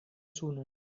sunon